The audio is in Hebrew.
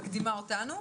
את מקדימה אותנו.